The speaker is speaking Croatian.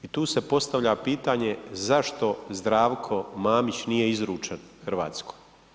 I tu se postavlja pitanje, zašto Zdravko Mamić nije izručen Hrvatskoj.